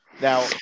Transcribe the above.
Now